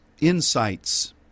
insights